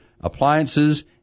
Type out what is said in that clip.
appliances